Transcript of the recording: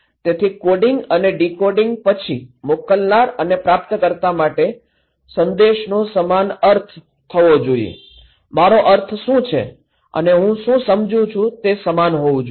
તેથી કોડિંગ અને ડીકોડિંગ પછી મોકલનાર અને પ્રાપ્તકર્તા માટે સંદેશનો અર્થ સમાન હોવો જોઈએ મારો અર્થ શું છે અને હું શું સમજું છું તે સમાન હોવું જોઈએ